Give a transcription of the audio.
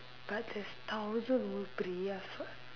but there's thousands over Priyas what